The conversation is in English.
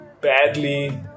badly